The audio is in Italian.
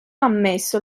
ammesso